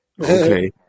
Okay